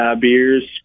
beers